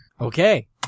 Okay